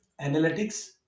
analytics